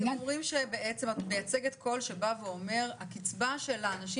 את מייצגת קול שאומר: הקצבה של האנשים